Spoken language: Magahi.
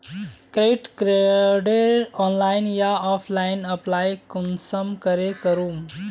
क्रेडिट कार्डेर ऑनलाइन या ऑफलाइन अप्लाई कुंसम करे करूम?